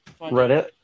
reddit